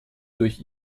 durch